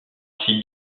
ainsi